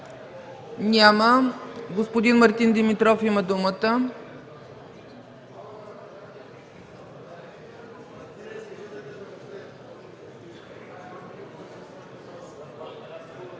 Няма. Господин Мартин Димитров има думата.